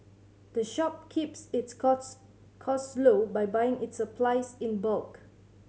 the shop keeps its costs costs low by buying its supplies in bulk